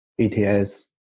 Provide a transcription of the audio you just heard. ETS